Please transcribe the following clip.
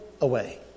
away